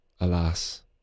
alas